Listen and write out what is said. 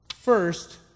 First